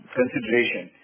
consideration